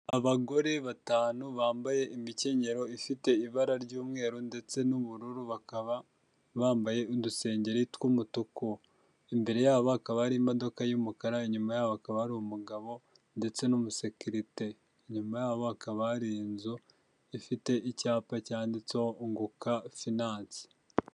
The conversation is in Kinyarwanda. Abagore batanu bambaye imikenyero ifite ibara ry'umweru ndetse n'ubururu, bakaba bambaye udusengeri tw'umutuku. Imbere yabo hakaba hari imodoka y'umukara, inyuma yabo hakaba hari umugabo ndetse n'umusekirite. Inyuma yabo hakaba hari inzu ifite icyapa cyanditseho unguka finanse.